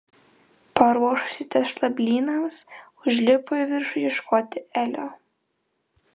paruošusi tešlą blynams užlipo į viršų ieškoti elio